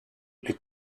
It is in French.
les